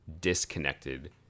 disconnected